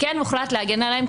אבל כן הוחלט להגן עליהם,